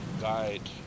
guide